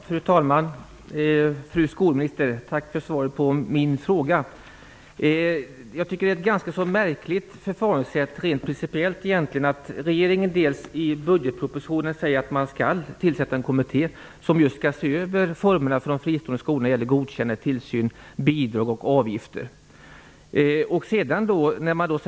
Fru talman! Fru skolminister! Tack för svaret på min fråga. Detta är ett ganska märkligt förfaringssätt rent principiellt. I budgetpropositionen säger regeringen att man skall tillsätta en kommitté som just skall se över formerna för de fristående skolorna när det gäller godkännande, tillsyn, bidrag och avgifter.